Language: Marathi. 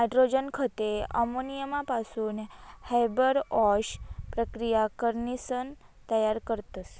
नायट्रोजन खते अमोनियापासून हॅबर बाॅश प्रकिया करीसन तयार करतस